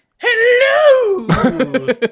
Hello